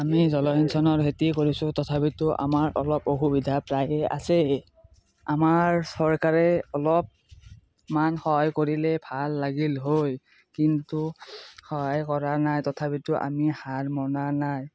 আমি জলসিঞ্চনৰ খেতি কৰিছোঁ তথাপিতো আমাৰ অলপ অসুবিধা প্ৰায়ে আছেই আমাৰ চৰকাৰে অলপমান সহায় কৰিলে ভাল লাগিল হয় কিন্তু সহায় কৰা নাই তথাপিতো আমি হাৰ মনা নাই